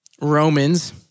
Romans